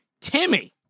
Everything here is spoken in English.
Timmy